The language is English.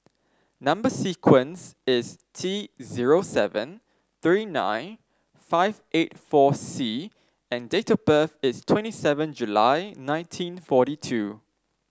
number sequence is T zero seven three nine five eight four C and date of birth is twenty seven July nineteen forty two